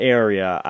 area